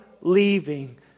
leaving